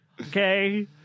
okay